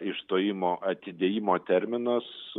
išstojimo atidėjimo terminas